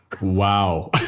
Wow